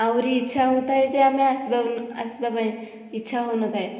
ଆହୁରି ଇଚ୍ଛା ହେଉଥାଏ ଯେ ଆମେ ଆସିବା ଆସିବା ପାଇଁ ଇଚ୍ଛା ହେଉନଥାଏ